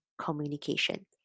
communication